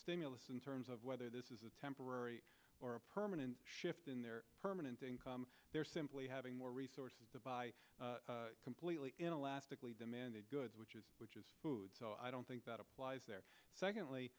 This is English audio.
stimulus in terms of whether this is a temporary or a permanent shift in their permanent income they're simply having more resources to buy completely elastically demanded goods which is which is food so i don't think that applies there secondly